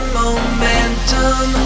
momentum